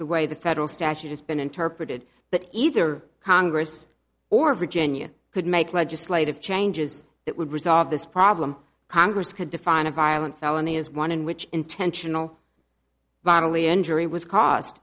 way the federal statute has been interpreted but either congress or virginia could make legislative changes that would resolve this problem congress could define a violent felony as one in which intentional bodily injury was cau